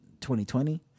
2020